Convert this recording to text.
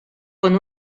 con